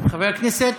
חבר הכנסת